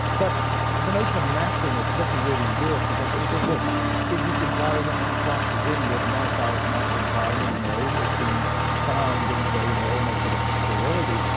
but the notion of naturalness, doesn't really work, because when you think well is this environment that the fox is in where the mice ah are its natural environment? no, it's been farmed into you know almost sort of sterility.